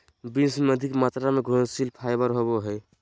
beans में अधिक मात्रा में घुलनशील फाइबर होवो हइ